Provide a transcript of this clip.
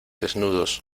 desnudos